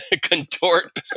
Contort